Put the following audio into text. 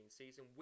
season